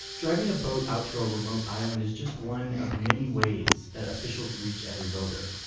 driving a boat out to a remote island is just one of many ways that officials reach every voter.